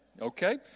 okay